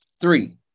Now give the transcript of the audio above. Three